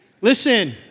Listen